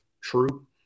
true